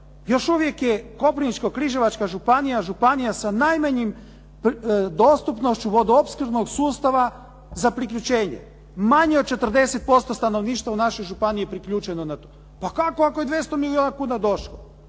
Još uvijek je Koprivničko-križevačka županija županija sa najmanjim dostupnošću vodoopskrbnog sustava za priključenje. Manje od 40% stanovništva u našoj županiji je priključeno na to. Pa kako ako je 200 milijuna kuna došlo?